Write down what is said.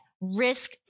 risk